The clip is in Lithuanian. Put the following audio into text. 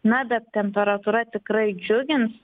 na bet temperatūra tikrai džiugins